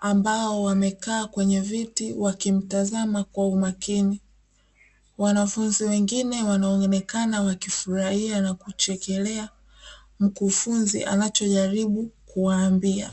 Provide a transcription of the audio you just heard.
ambao wamekaa kwenye viti wakimtazama kwa makini wanafunzi wengine wanaonekana wakifurahia na kuchekelea mkufunzi anachojaribu kuwaambia.